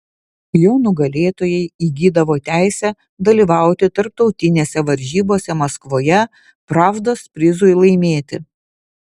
jo nugalėtojai įgydavo teisę dalyvauti tarptautinėse varžybose maskvoje pravdos prizui laimėti